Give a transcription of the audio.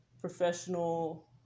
professional